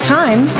time